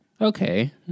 Okay